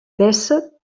dèsset